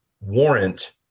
warrant